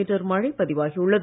metre மழை பதிவாகி உள்ளது